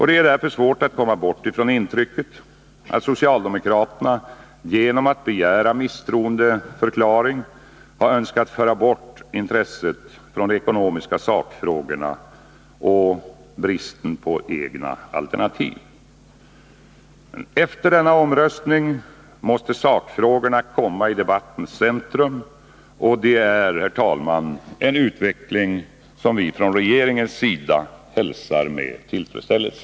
Det är därför svårt att komma bort från intrycket att socialdemokraterna genom att begära misstroendeförklaring har önskat föra bort intresset från de ekonomiska sakfrågorna och bristen på egna alternativ. Efter denna omröstning måste sakfrågorna komma i debattens centrum. Det är, herr talman, en utveckling som vi från regeringens sida hälsar med tillfredsställelse.